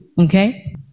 okay